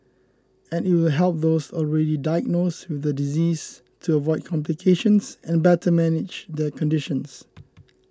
and it will help those already diagnosed with the disease to avoid complications and better manage their condition